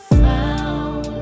found